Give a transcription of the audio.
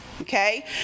okay